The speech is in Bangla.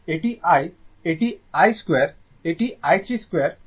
এটি i এটি I2 2 এটি i3 2